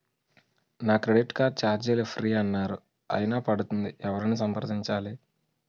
నా credit card ఛార్జీలు free అన్నారు అయినా పడుతుంది ఎవరిని సంప్రదించాలి?